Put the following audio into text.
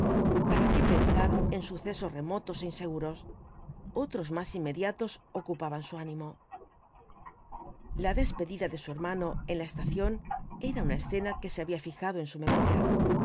para qué pensar en sucesos remotos é inseguros otros más inmediatos ocupaban su ánimo la despedida de su hermano en la estación era ana escena que se había fijado en su memoria